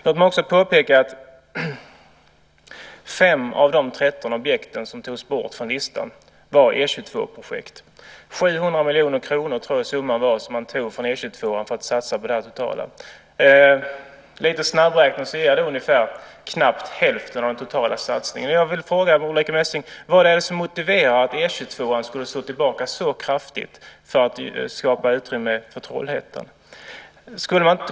Låt mig också påpeka att fem av de tretton objekt som togs bort från listan var E 22-projekt. 700 miljoner kronor tror jag att summan var som man tog från E 22:an för att satsa på det här totala. Lite snabbräknat ger det ungefär knappt hälften av den totala satsningen. Jag vill fråga Ulrica Messing vad det är som motiverar att E 22:an ska stå tillbaka så kraftigt för att skapa utrymme för Trollhättan.